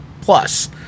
plus